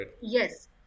yes